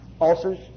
Ulcers